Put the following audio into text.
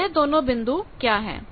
तो यह दोनों बिंदु क्या है